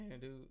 dude